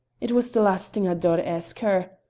it was the last thing i daur ask her,